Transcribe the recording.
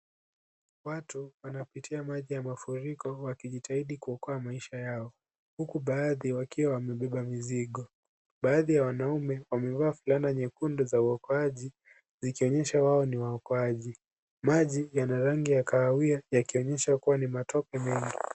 Watu wanapitia maji ya mafuriko wakijitahidi kuokoa maisha yao, huku baadhi wakiwa wamebeba mizigo. Baadhi ya wanaume wamevaa fulana nyekundu za uokoaji, zikionyesha wao ni waokoaji. Maji yana rangi ya kahawia yakionyesha kuwa ni matope mengi.